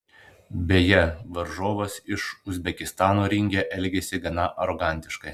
beje varžovas iš uzbekistano ringe elgėsi gana arogantiškai